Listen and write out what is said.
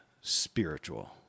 spiritual